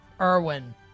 Irwin